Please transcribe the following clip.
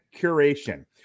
curation